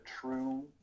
true